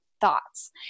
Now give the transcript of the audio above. thoughts